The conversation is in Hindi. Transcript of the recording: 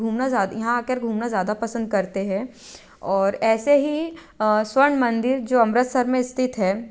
घूमना यहाँ आ कर घूमने ज़्यादा पसंद करते हैं और ऐसे ही स्वर्ण मंदिर जो अमृतसर में स्थित है